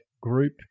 Group